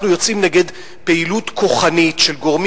אנחנו יוצאים נגד פעילות כוחנית של גורמים